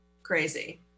crazy